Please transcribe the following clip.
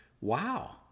wow